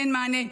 ואין מענה,